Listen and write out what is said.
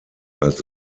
als